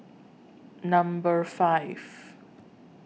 Number five